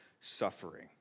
suffering